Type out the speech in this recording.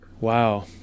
Wow